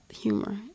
humor